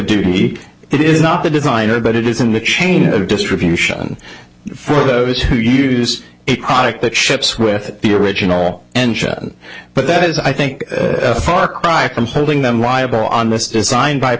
duty it is not the designer but it is in the chain of distribution for those who use a product that ships with the original engine but that is i think a far cry from holding them liable on this design by